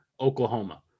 Oklahoma